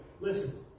Listen